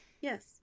Yes